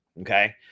Okay